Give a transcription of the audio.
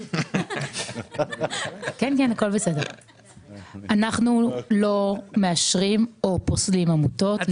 אנחנו לא מאשרים או פוסלים עמותות.